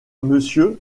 monsieur